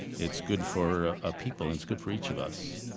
it's good for a people. it's good for each of us.